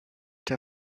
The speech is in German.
der